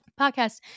podcast